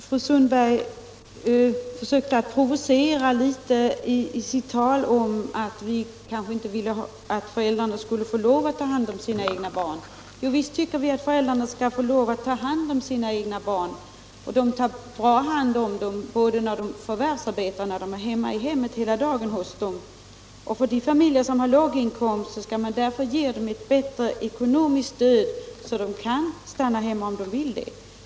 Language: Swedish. Fru Sundberg försökte provocera mig litet i sitt tal om att föräldrarna kanske inte skulle få lov att ta hand om sina egna barn. Jo, visst tycker vi att föräldrarna skall få ta hand om sina barn. De tar också bra hand om dem både när de förvärvsarbetar och när de stannar hemma hela dagen och är tillsammans med dem. De som har låga inkomster bör därför ges ett bättre ekonomiskt stöd så att de kan stanna hemma hos sina barn.